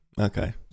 Okay